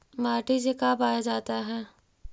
माटी से का पाया जाता है?